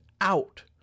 Out